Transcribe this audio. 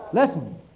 Listen